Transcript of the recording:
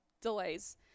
delays